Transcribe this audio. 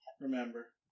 Remember